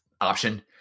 option